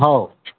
हो